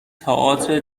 تئاتر